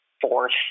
fourth